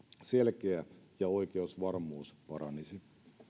selkeä ja oikeusvarmuus paranisi